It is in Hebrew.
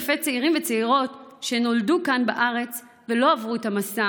בשביל אלפי צעירים וצעירות שנולדו כאן בארץ ולא עברו את המסע